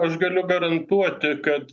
aš galiu garantuoti kad